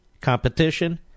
competition